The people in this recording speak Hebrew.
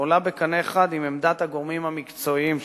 עולה בקנה אחד עם עמדת הגורמים המקצועיים שלנו,